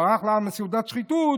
הוא ערך לעם סעודת שחיתות,